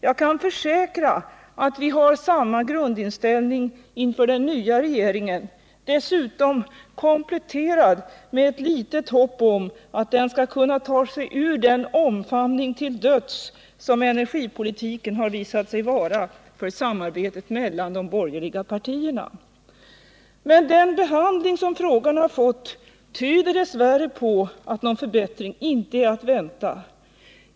Jag kan försäkra att vi har samma grundinställning inför den nya regeringen, dessutom kompletterad med ett litet hopp om att den skall kunna ta sig ur den omfamning till döds som energipolitiken har visat sig vara för samarbetet mellan de borgerliga partierna. Men den behandling som frågan har fått tyder dess värre på att någon förbättring inte är att vänta.